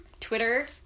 Twitter